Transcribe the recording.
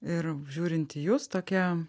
ir žiūrint į jus tokia